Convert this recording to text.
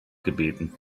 gebeten